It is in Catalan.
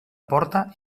porta